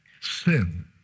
sin